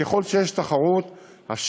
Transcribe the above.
וככל שיש תחרות גדולה יותר,